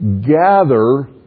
gather